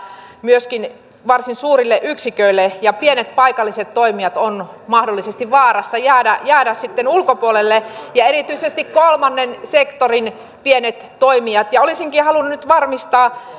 myöskin tulla varsin suurille yksiköille ja pienet paikalliset toimijat ovat mahdollisesti vaarassa jäädä jäädä sitten ulkopuolelle ja erityisesti kolmannen sektorin pienet toimijat olisinkin halunnut nyt varmistaa